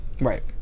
Right